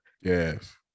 Yes